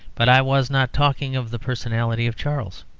but i was not talking of the personality of charles,